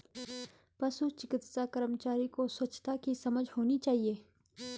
पशु चिकित्सा कर्मचारी को स्वच्छता की समझ होनी चाहिए